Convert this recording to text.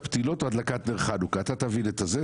שריפת הפתילות או הדלקת נר חנוכה אתה תבין את זה,